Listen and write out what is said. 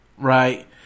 right